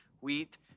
Wheat